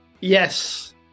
Yes